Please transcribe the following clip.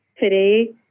today